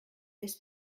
this